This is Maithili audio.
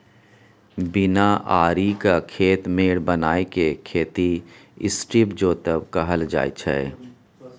बिना आरिक खेत मेढ़ बनाए केँ खेती स्ट्रीप जोतब कहल जाइ छै